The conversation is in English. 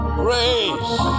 grace